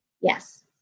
Yes